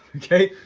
okay,